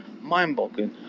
Mind-boggling